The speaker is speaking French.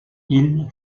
isle